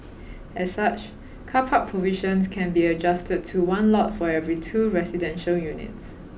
as such car park provisions can be adjusted to one lot for every two residential units